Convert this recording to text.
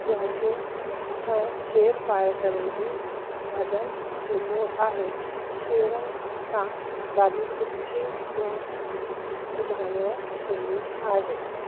जंहिं खे ऐं छेर पाए करे बि भॼन थींदो आहे छेरनि सां ॾाढी सुठी धुन ॿुधण में ईंदी आहे